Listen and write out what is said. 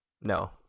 No